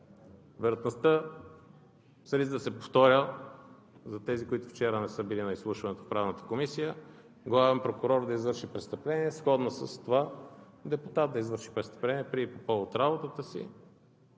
Вероятността, с риск да се повторя за тези, които вчера не са били на изслушването в Правната комисия, главен прокурор да извърши престъпление е сходно с това депутат да извърши престъпление по повод работата си,